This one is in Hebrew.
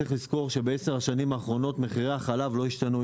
צריך לזכור שבעשר השנים האחרונות מחירי החלב לא השתנו.